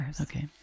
Okay